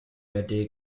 idea